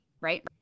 right